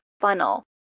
funnel